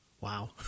wow